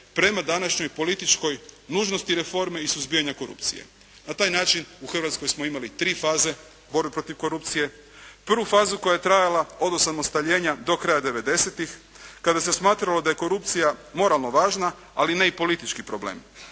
prema današnjoj političkoj nužnosti reforme i suzbijanja korupcije. Na taj način u Hrvatskoj smo imali tri faze borbe protiv korupcije. Prvu fazu koja je trajala od osamostaljenja do kraja '90.-tih kada se smatralo da je korupcija moralno važna, ali ne i politički problem.